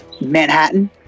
Manhattan